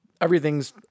everything's